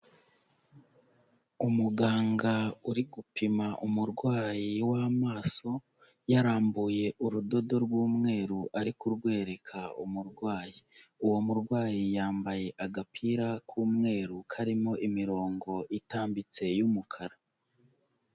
Umuganga uri gupima umurwayi w'amaso yarambuye urudodo rw'umweru ari kurwereka umurwayi. Uwo murwayi yambaye agapira k'umweru karimo imirongo itambitse y'umukara.